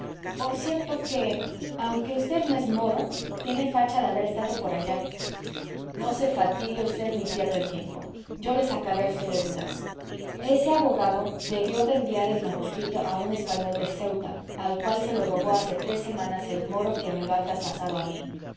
por cierto que aunque usted no es moro tiene facha de haber estado por allá no se fatigue usted ni pierda el tiempo yo le sacaré a usted de dudas ese abogado debió de enviar el manuscrito a un español de ceuta al cual se lo robó hace tres semanas el moro que me lo ha traspasado a mí